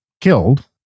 killed